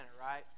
right